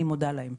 אני מודה להם.